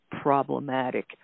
problematic